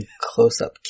close-up